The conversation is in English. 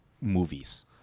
movies